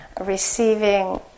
receiving